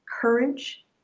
courage